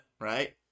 right